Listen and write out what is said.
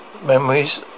memories